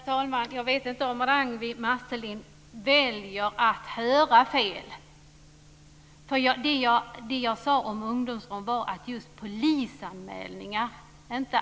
Herr talman! Jag vet inte om Ragnwi Marcelind väljer att höra fel, för det jag sade om ungdomsrånen var att just polisanmälningarna har ökat.